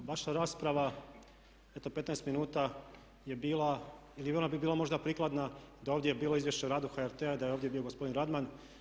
Vaša rasprava eto 15 minuta je bila ili ona bi bila možda prikladna da je ovdje bilo Izvješće o radu HRT-a i da je ovdje bio gospodin Radman.